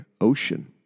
Ocean